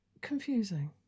confusing